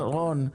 רון, רון,